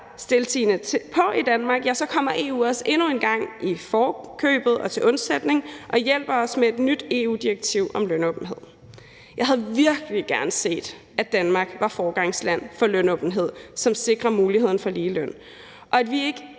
stiltiende til i Danmark, kommer EU os endnu en gang i forkøbet og til undsætning og hjælper os med et nyt EU-direktiv om lønåbenhed. Jeg havde virkelig gerne set, at Danmark var et foregangsland for lønåbenhed, som sikrer muligheden for ligeløn, og at vi ikke